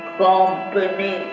company